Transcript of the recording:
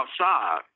outside